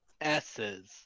S's